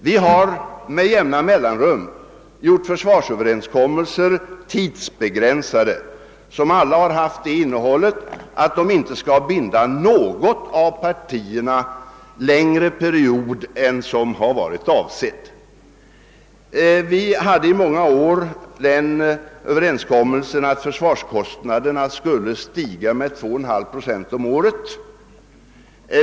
Vi har med jämna mellanrum gjort tidsbegränsade försvarsöverenskommelser som alla har haft det innehållet att de inte skulle binda något av partierna längre period än som har varit avsett. Vi hade i många år den överenskommelsen att försvarskostnaderna skulle stiga med 2,5 procent om året.